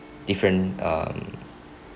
different um